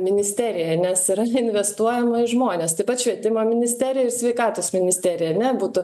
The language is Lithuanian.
ministeriją nes yra investuojama į žmones taip pat švietimo ministerija ir sveikatos ministerija ane būtų